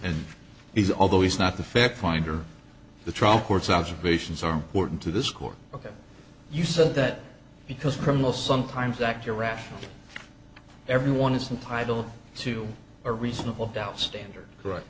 and he's although he's not the fact finder the trial court's observations are important to this court ok you said that because the criminal sometimes act irrationally everyone is entitled to a reasonable doubt standard right